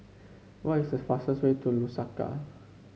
what is the fastest way to Lusaka